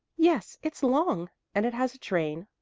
yes, it's long, and it has a train.